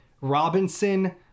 Robinson